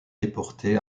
déporté